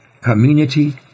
community